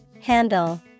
Handle